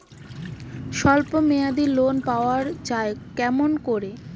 স্বল্প মেয়াদি লোন পাওয়া যায় কেমন করি?